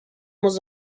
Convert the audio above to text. was